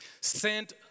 sent